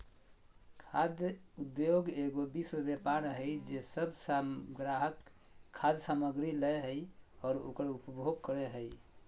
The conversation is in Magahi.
खाद्य उद्योगएगो वैश्विक व्यापार हइ जे सब ग्राहक खाद्य सामग्री लय हइ और उकर उपभोग करे हइ